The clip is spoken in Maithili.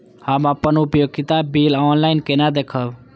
हम अपन उपयोगिता बिल ऑनलाइन केना देखब?